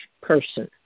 person